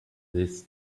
this